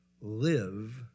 live